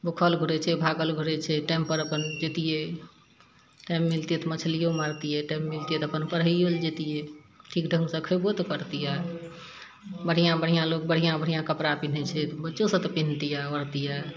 भूखल घुरय छै भागल घुरय छै टाइमपर अपन जैतियै टाइम मिलतय तऽ मछलियो मारतियै टाइम मिलतय तऽ अपन पढ़ाइयो लए जैतियै ठीक ढङ्गसँ खइबो तऽ करतियै बढ़िआँ बढ़िआँ लोग बढ़िआँ बढ़िआँ कपड़ा पिनहय छै बच्चो सभ तऽ पिन्हितियै ओढ़तियै